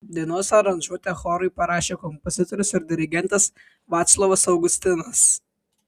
dainos aranžuotę chorui parašė kompozitorius ir dirigentas vaclovas augustinas